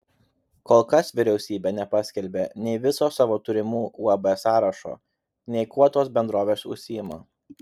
kol kas vyriausybė nepaskelbė nei viso savo turimų uab sąrašo nei kuo tos bendrovės užsiima